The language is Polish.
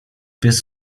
pies